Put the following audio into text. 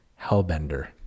hellbender